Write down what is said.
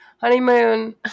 honeymoon